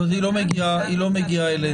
זאת אומרת שהיא לא מגיעה אלינו.